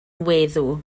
weddw